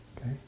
Okay